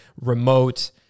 remote